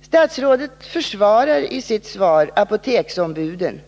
Statsrådet försvarar i sitt svar apoteksombuden